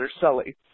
Sully